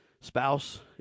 spouse